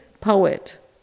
poet